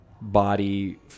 body